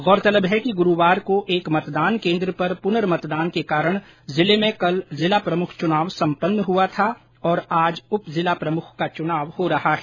गौरतलब है कि गुरूवार को एक मतदान केन्द्र पर पुनर्मतदान के कारण जिले में कल जिला प्रमुख चुनाव सम्पन्न हुआ था और आज उप जिला प्रमुख का चुनाव हो रहा है